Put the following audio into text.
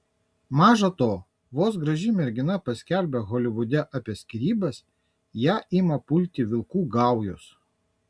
maža to vos graži mergina paskelbia holivude apie skyrybas ją ima pulti vilkų gaujos